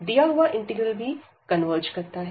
दिया हुआ इंटीग्रल भी कन्वर्ज करता है